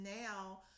now